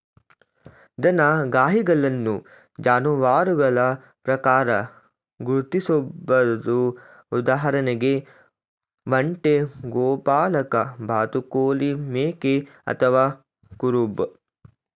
ದನಗಾಹಿಗಳನ್ನು ಜಾನುವಾರುಗಳ ಪ್ರಕಾರ ಗುರ್ತಿಸ್ಬೋದು ಉದಾಹರಣೆಗೆ ಒಂಟೆ ಗೋಪಾಲಕ ಬಾತುಕೋಳಿ ಮೇಕೆ ಅಥವಾ ಕುರುಬ